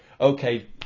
okay